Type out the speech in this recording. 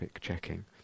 checking